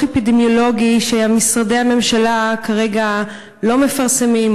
אפידמיולוגי שמשרדי הממשלה כרגע לא מפרסמים,